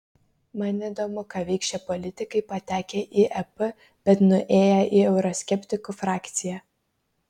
man įdomu ką veiks šie politikai patekę į ep bet nuėję į euroskeptikų frakciją